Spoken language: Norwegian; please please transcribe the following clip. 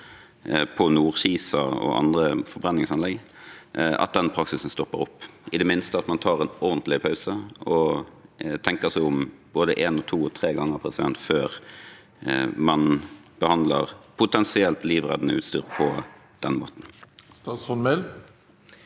på Nordkisa og andre forbrenningsanlegg, så stopper den praksisen opp, eller i det minste at man tar en ordentlig pause og tenker seg om både én og to og tre ganger før man behandler potensielt livreddende utstyr på den måten. Statsråd